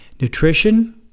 nutrition